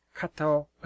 Kato